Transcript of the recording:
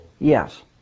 Yes